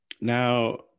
now